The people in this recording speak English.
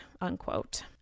unquote